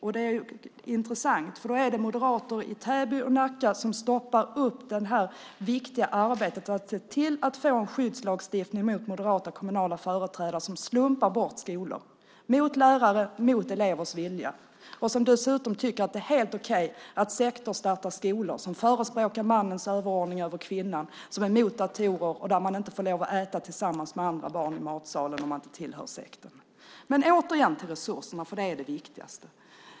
Det är intressant. Det är moderater i Täby och Nacka som stoppar upp det viktiga arbetet att se till att få en skyddslagstiftning mot moderata kommunala företrädare som slumpar bort skolor mot lärares och elevers vilja och dessutom tycker att det är helt okej att sekter startar skolor som förespråkar mannens överordning över kvinnan och är mot datorer och där man inte får lov att äta tillsammans med andra barn i matsalen om man inte tillhör sekten. Men återigen till resurserna, för det är det viktigaste.